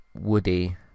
Woody